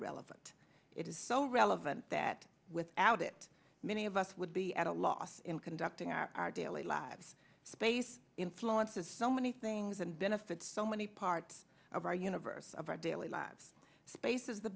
relevant it is so relevant that without it many of us would be at a loss in conducting our our daily lives space influences so many things and benefits so many parts of our universe of our daily lives space is the